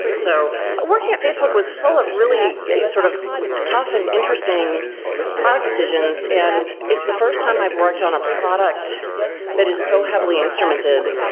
so working at facebook was full of really sort of tough and interesting product decisions. and it's the first time i've worked on a product that is so heavily instrumented,